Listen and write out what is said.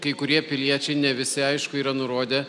kai kurie piliečiai ne visi aišku yra nurodę